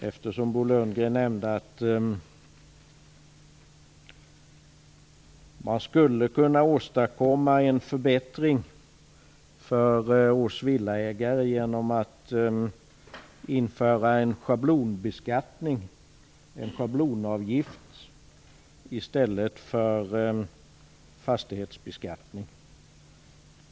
Bo Lundgren nämnde att man skulle kunna åstadkomma en förbättring för oss villaägare genom att införa en schablonbeskattning, en schablonavgift, i stället för fastighetsbeskattningen.